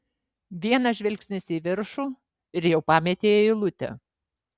vienas žvilgsnis į viršų ir jau pametei eilutę